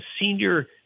senior